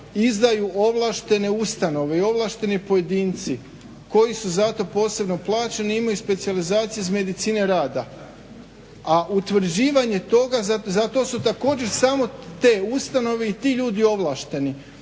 izdaju ovlaštene ustanove i ovlašteni pojedinci koji su za to posebno plaćeni i imaju specijalizaciju iz medicine rada, a utvrđivanje toga za to su također samo te ustanove i ti ljudi ovlašteni,